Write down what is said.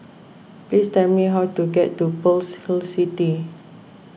please tell me how to get to Pearl's Hill City